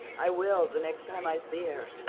i will, the next time i see her,